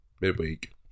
midweek